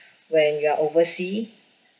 when you are oversea